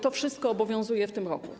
To wszystko obowiązuje w tym roku.